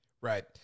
Right